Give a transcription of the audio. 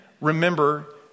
remember